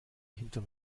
hinterm